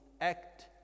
act